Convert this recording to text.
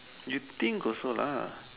you think also lah